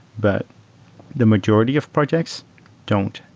but the majority of projects don't.